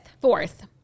Fourth